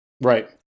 right